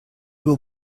will